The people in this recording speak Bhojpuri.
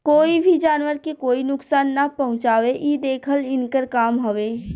कोई भी जानवर के कोई नुकसान ना पहुँचावे इ देखल इनकर काम हवे